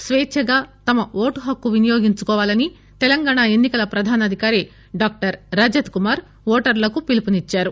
స్వేచ్ఛగా తమ ఓటు హక్కును వినియోగించుకోవాలని తెలంగాణ ఎన్పి కల ప్రధానాధికారి డాక్టర్ రజత్ కుమార్ ఓటర్లకు పిలుపునిచ్చారు